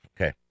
Okay